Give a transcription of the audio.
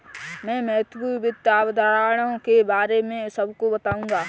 मैं महत्वपूर्ण वित्त अवधारणाओं के बारे में सबको बताऊंगा